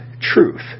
truth